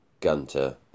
Gunter